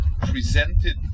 presented